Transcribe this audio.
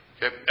Okay